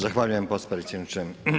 Zahvaljujem potpredsjedniče.